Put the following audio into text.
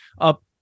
up